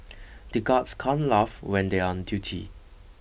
the guards can't laugh when they are on duty